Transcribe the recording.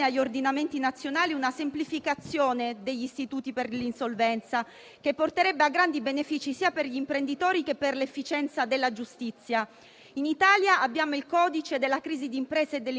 In Italia abbiamo il codice della crisi d'impresa e dell'insolvenza che regolamenta la materia, ma che, a nostro avviso, soprattutto in questo momento storico va cambiato e riadattato a ciò che ci chiede l'Europa.